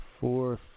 fourth